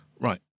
Right